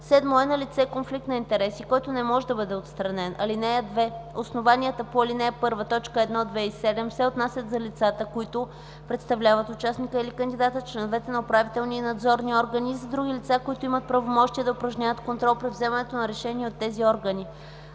7. е налице конфликт на интереси, който не може да бъде отстранен. (2) Основанията по ал. 1, т. 1, 2 и 7 се отнасят за лицата, които представляват участника или кандидата, членовете на управителни и надзорни органи и за други лица, които имат правомощия да упражняват контрол при вземането на решения от тези органи.